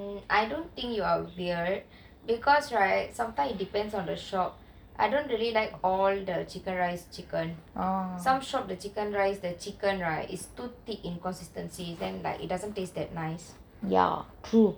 mm I don't think you are weird because right sometimes it depends on the shop I don't really like all the chicken rice chicken some shop the chicken is too thick in consistency then it doesn't taste really nice